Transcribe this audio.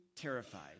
terrified